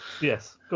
yes